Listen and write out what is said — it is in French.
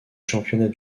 championnats